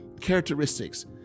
characteristics